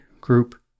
group